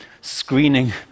screening